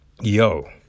yo